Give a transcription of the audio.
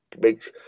makes